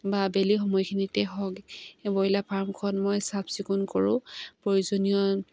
বা আবেলি সময়খিনিতেই হওক এই ব্ৰইলাৰ ফাৰ্মখন মই চাফচিকুণ কৰোঁ প্ৰয়োজনীয়